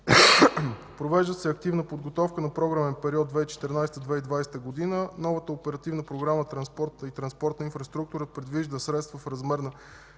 Провежда се активна подготовка на програмен период 2014 –2020 г. Новата Оперативна програма „Транспорт и транспортна инфраструктура” предвижда средства в размер на